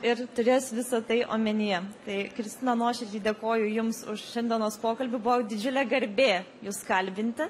ir turės visa tai omenyje tai kristina nuoširdžiai dėkoju jums už šiandienos pokalbį buvo didžiulė garbė jus kalbinti